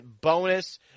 bonus